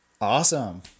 Awesome